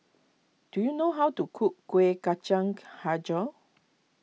do you know how to cook Kueh Kacang HiJau